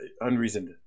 unreasoned